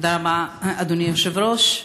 תודה רבה, אדוני היושב-ראש.